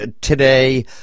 today